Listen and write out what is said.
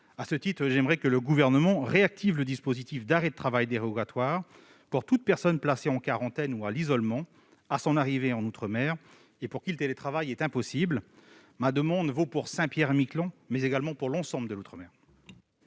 À ce titre, je souhaite que le Gouvernement réactive le dispositif d'arrêt de travail dérogatoire pour toute personne placée en quarantaine ou à l'isolement à son arrivée en outre-mer et pour qui le télétravail est impossible. Ma demande vaut pour Saint-Pierre-et-Miquelon, mais également pour l'ensemble de l'outre-mer.